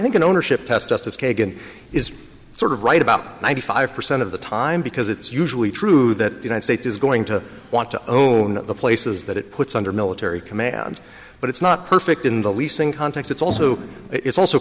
kagan is sort of right about ninety five percent of the time because it's usually true that united states is going to want to own the places that it puts under military command but it's not perfect in the leasing context it's also it's also